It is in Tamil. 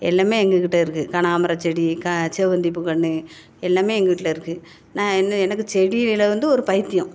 எல்லாமே எங்கள் கிட்டே இருக்குது கனாகம்பரம் செடி க செவ்வந்திபூ கன்று எல்லாமே எங்கள் வீட்டில் இருக்குது நான் என்ன எனக்கு செடி மேலே வந்து ஒரு பைத்தியம்